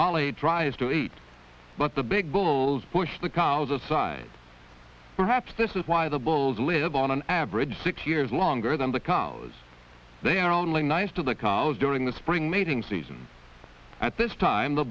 drives to eat but the big bulls push the cows aside perhaps this is why the bulls live on an average six years longer than the cause they are only nice to the cars during the spring mating season at this time the